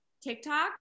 TikTok